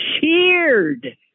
cheered